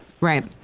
Right